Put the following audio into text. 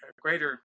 greater